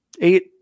eight